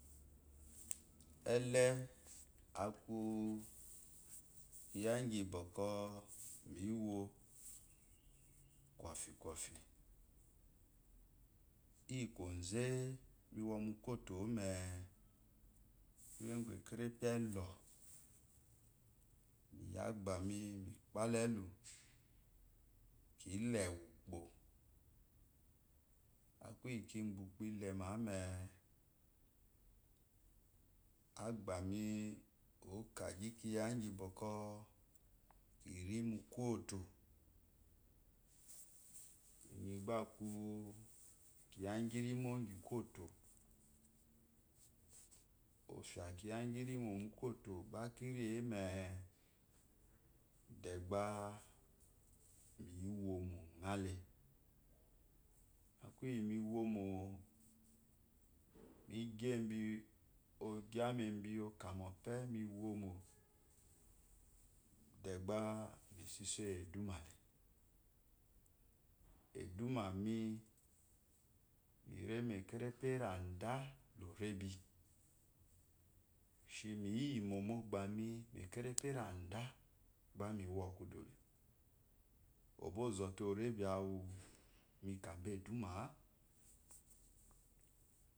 Ele aku kiya mi yo kwofi kwofit iyi kwo ze mi yo ḿko mé kuye uqu eke repi ilo mi pa la agbámi elu kayi kile ukpo aku iyi kibwa ukpo ile me msa eke yi kigagi kiya iqirimo má kwoto ba kire me bá deba mi remu oma ŋa le bá mi ivvomo ba mi so iso iyi iwo mo ŋ le ogyami ebi mi ka mo pe mi womo de ba mibo ibo iyi ewomo ŋa le bá mi womo ba mi so iso iyi eduma ŋa lu eduma mime ka ekerepi erada əbəte errada la orebi mi ka me dúma me é.